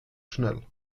schnell